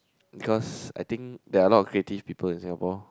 because I think there're a lot of creative people in Singapore